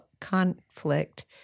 conflict